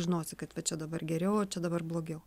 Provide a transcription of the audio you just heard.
žinosi kad va čia dabar geriau o čia dabar blogiau